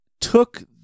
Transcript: took